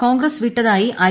C Congress വിട്ടതായി I